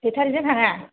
बेटारिजों थाङा